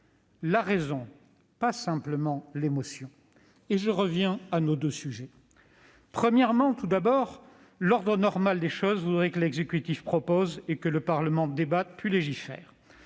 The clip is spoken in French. La raison, pas simplement l'émotion. Et je reviens à nos deux sujets. Tout d'abord, l'ordre normal des choses voudrait que l'exécutif propose, et que le Parlement débatte puis légifère.